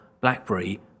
BlackBerry